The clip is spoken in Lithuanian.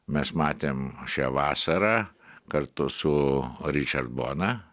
mes matėm šią vasarą kartu su ričerd bona